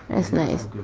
it's nice